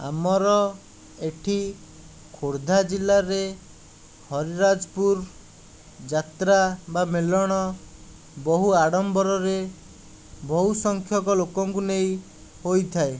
ଆମର ଏଠି ଖୋର୍ଦ୍ଧା ଜିଲ୍ଲାରେ ହରିରାଜପୁର ଯାତ୍ରା ବା ମେଲଣ ବହୁ ଆଡ଼ମ୍ବରରେ ବହୁ ସଂଖ୍ୟକ ଲୋକଙ୍କୁ ନେଇ ହୋଇଥାଏ